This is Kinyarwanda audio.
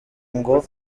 ngo